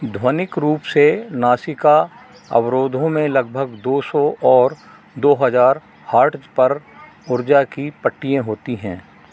ध्वनिक रूप से नासिका अवरोधों में लगभग दो सौ और दो हज़ार हर्ट्ज पर ऊर्जा की पट्टियाँ होती हैं